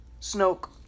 Snoke